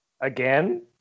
Again